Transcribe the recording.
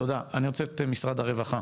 תודה, אני רוצה את משרד הרווחה.